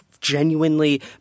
genuinely